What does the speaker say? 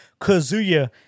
Kazuya